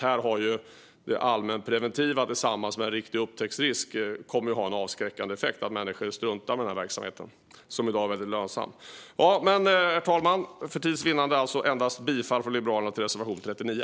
Här kommer det allmänpreventiva tillsammans med en riktig upptäcktsrisk att få en avskräckande effekt, så att människor struntar i den verksamheten, som i dag är väldigt lönsam. Herr talman! För tids vinnande yrkar Liberalerna alltså bifall till endast reservation 39.